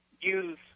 use